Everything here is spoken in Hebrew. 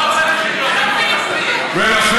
או שאתה קורא ואנחנו מבינים,